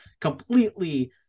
completely